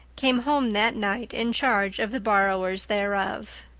came home that night in charge of the borrowers thereof.